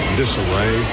disarray